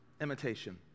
imitation